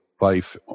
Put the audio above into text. life